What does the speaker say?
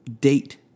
date